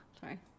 Sorry